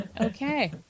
Okay